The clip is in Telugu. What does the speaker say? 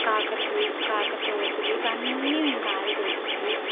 కాకరపుల్ కాకరపువ్వొత్తులు ఇవన్నీ మేం కాల్చేసి